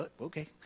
okay